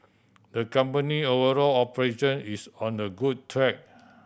the company overall operation is on the good track